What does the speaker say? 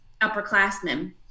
upperclassmen